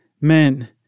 men